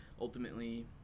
ultimately